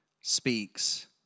speaks